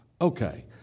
Okay